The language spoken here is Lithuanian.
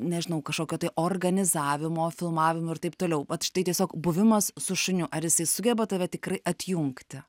nežinau kažkokio tai organizavimo filmavimo ir taip toliau vat štai tiesiog buvimas su šuniu ar jis sugeba tave tikrai atjungti